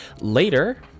later